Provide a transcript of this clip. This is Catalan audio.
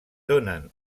donen